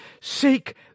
seek